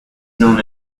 known